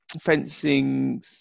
fencing